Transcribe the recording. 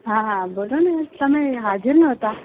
હાં હાં બોલોને તમે હજાર નહોતા